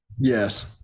Yes